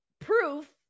proof